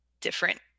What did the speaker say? different